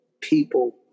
people